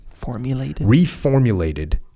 Reformulated